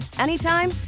anytime